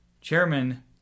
Chairman